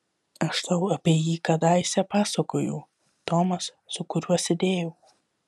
aš tau apie jį kadaise pasakojau tomas su kuriuo sėdėjau